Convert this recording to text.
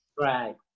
right